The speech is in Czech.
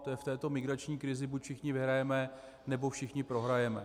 To je v této migrační krizi buď všichni vyhrajeme, nebo všichni prohrajeme.